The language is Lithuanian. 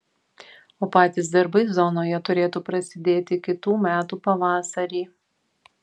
o patys darbai zonoje turėtų prasidėti kitų metų pavasarį